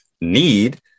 need